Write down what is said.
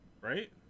Right